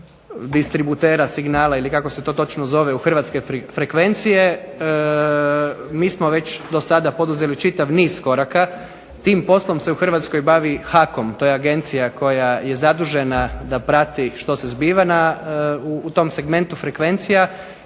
distributera signala ili kako se to točno zove u hrvatske frekvencije, mi smo već do sada poduzeli čitav niz koraka, tim poslom se u Hrvatskoj bavi HAKOM, to je agencija koja je zadužena da prati što se zbiva u tom segmentu frekvencija,